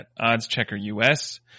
OddsCheckerUS